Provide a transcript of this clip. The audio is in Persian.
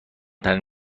ترین